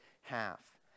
half